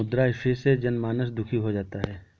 मुद्रास्फीति से जनमानस दुखी हो जाता है